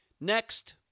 Next